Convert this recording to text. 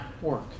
work